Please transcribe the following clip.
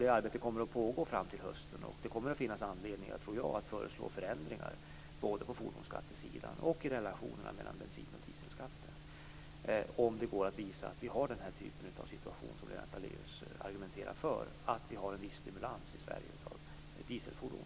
Det arbetet kommer att pågå fram till hösten. Jag tror att det kommer att finnas anledning att föreslå förändringar både på fordonsskattesidan och i relationerna mellan bensin och dieselskatter, om det går att visa att vi har den typen av situation, som Lennart Daléus argumenterar för, att vi i Sverige har en viss stimulans av dieselfordon.